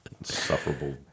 Insufferable